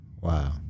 Wow